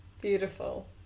Beautiful